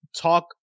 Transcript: talk